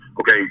okay